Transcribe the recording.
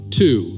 two